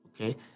Okay